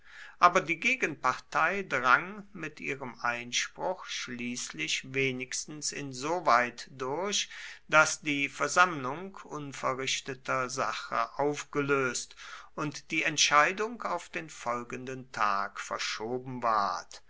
aber die gegenpartei drang mit ihrem einspruch schließlich wenigstens insoweit durch daß die versammlung unverrichteter sache aufgelöst und die entscheidung auf den folgenden tag verschoben ward